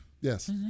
Yes